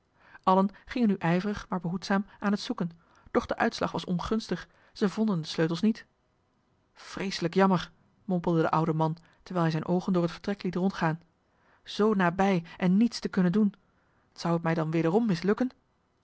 allen gingen nu ijverig maar behoedzaam aan het zoeken doch de uitslag was ongunstig zij vonden de sleutels niet vreeselijk jammer mompelde de oude man terwijl hij zijne oogen door het vertrek liet rondgaan zoo nabij en niets te kunnen doen zou het mij dan wederom mislukken